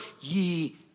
ye